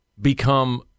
become